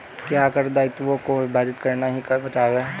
क्या कर दायित्वों को विभाजित करना ही कर बचाव है?